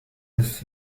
his